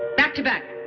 back to back.